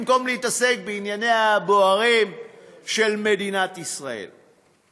במקום להתעסק בענייניה הבוערים של מדינת ישראל.